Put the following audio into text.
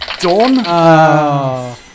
dawn